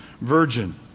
virgin